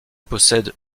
possède